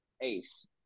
ACE